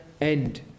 end